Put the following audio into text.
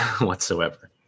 whatsoever